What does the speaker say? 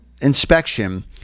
inspection